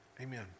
amen